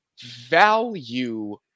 value